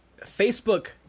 Facebook